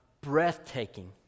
breathtaking